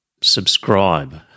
subscribe